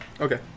Okay